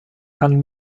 kann